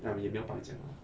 ya we never 白讲